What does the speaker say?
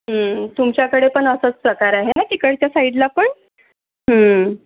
तुमच्याकडे पण असंच प्रकार आहे ना तिकडच्या साईडला पण